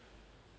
that skills